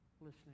listening